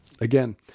Again